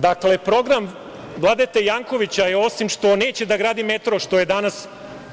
Dakle, program Vladete Jankovića, osim što neće da gradi metro, što je danas